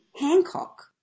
Hancock